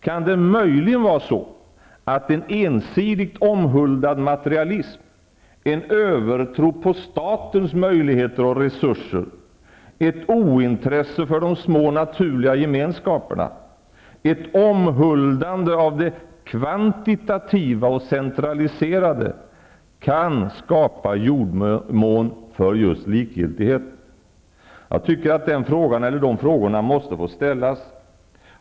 Är det möjligen så, att en ensidigt omhuldad materialism, en övertro på statens möjligheter och resurser, ett ointresse för de små naturliga gemenskaperna, ett omhuldande av det kvantitativa och centraliserade kan skapa jordmån för just likgiltigheten? De frågorna måste få ställas.